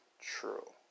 true